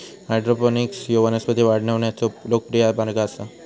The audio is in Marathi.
हायड्रोपोनिक्स ह्यो वनस्पती वाढवण्याचो लोकप्रिय मार्ग आसा